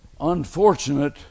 unfortunate